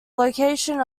location